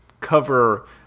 cover